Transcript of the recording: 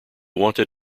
wanted